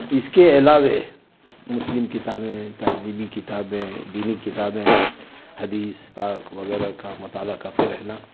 اس کے علاوہ مسلم کتابیں تہذیبی کتابیں دینی کتابیں حدیث پاک وغیرہ کا مطالعہ کرتے رہنا